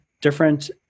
different